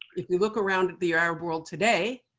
if we look around the arab world today,